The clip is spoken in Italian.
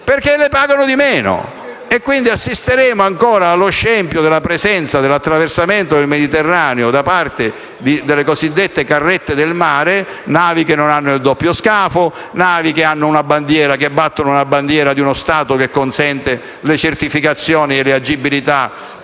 perché le pagano di meno. Assisteremo ancora, quindi, allo scempio della presenza e dell'attraversamento del Mediterraneo da parte delle cosiddette carrette del mare, navi che non hanno il doppio scafo o che battono la bandiera di uno Stato che consente le certificazioni e le agibilità